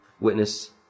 witness